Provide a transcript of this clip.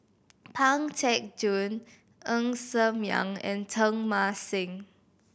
Pang Teck Joon Ng Ser Miang and Teng Mah Seng